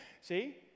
See